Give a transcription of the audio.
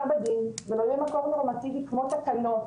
בדין ולא יהיה מקום נורמטיבי כמו תקנות